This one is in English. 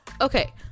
Okay